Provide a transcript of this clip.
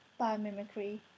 biomimicry